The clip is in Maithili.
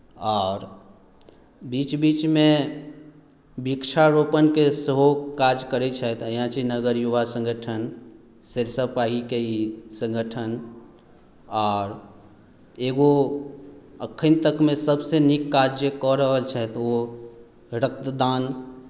आओर बीच बीचमे वृक्षारोपणके सेहो काज करैत छथि अयाची नगर युवा सङ्गठन सरिसब पाहीके ई सङ्गठन आओर एगो एखन तकमे सभसँ नीक काज जे कऽ रहल छथि ओ रक्तदान